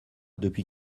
depuis